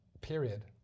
period